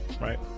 right